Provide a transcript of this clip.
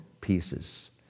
pieces